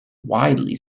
widely